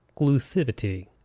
exclusivity